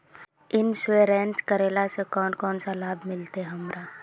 Insurance करेला से कोन कोन सा लाभ मिलते हमरा?